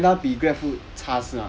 err